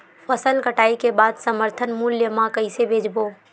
फसल कटाई के बाद समर्थन मूल्य मा कइसे बेचबो?